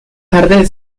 tarde